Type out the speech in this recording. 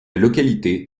localité